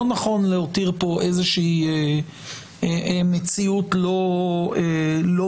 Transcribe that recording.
לא נכון להותיר פה איזושהי מציאות לא מובנת.